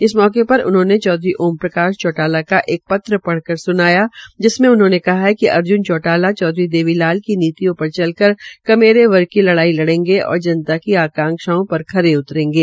इस मौके पर उन्होंने चौधरी ओम प्रकश चौटाला का एक पत्र पढ़कर सुनाया जिसमें उन्होंने कहा कि अर्ज्न चौटाला चौधरी देवी लाल की नीतियों पर चल कर कमेरे वर्ग की लड़ाई लड़ेंगे और जनता की आकांशाओं पर खरे उतरेंगे